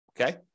Okay